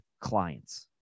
clients